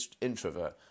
introvert